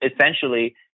essentially